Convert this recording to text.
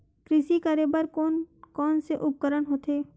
कृषि करेबर कोन कौन से उपकरण होथे?